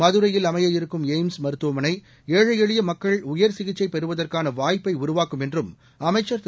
மதுரையில் அமையவிருக்கும் எய்ம்ஸ் மருத்துவமனை ஏழை எளிய மக்கள் உயர்சிகிச்சை பெறுவதற்கான வாய்ப்பை உருவாக்கும் என்றும் அமைச்சர் திரு